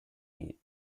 meat